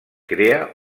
crea